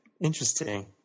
Interesting